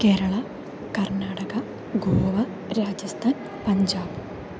Kerala Karnataka Goa Rajasthan Punjab